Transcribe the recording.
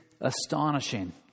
astonishing